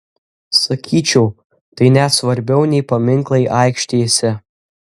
sakyčiau tai net svarbiau nei paminklai aikštėse